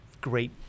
great